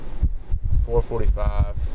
4.45